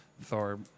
Thor